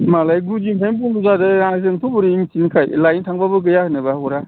मालाय गुदिनिफ्रायनो बन्द' जादों आं जोंथ' बोरै मिथिनोखाय लाबोनो थांबाबो गैया होनोबा हरा